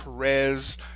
Perez